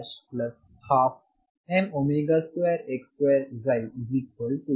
ಮತ್ತು ನಾನು ಇದನ್ನು ಬದಲಿಸಲಿದ್ದೇನೆ